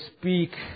speak